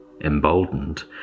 emboldened